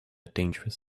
dangerous